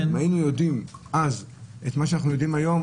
אם היינו יודעים אז את מה שאנחנו יודעים היום,